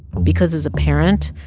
because as a parent,